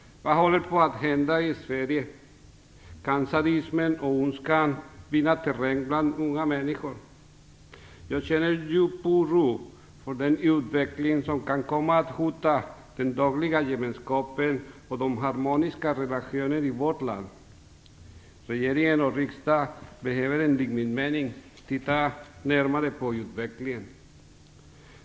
Vad håller på att hända i Sverige? Kan sadismen och ondskan vinna terräng bland unga människor? Jag känner djup oro för den utveckling som kan komma att hota den dagliga gemenskapen och de harmoniska relationerna i vårt land. Regering och riksdag behöver enligt min mening titta närmare på utvecklingen.